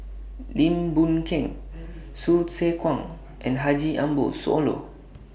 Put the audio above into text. Lim Boon Keng Hsu Tse Kwang and Haji Ambo Sooloh